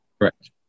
Correct